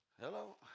Hello